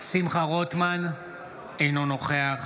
אינו נוכח